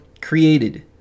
created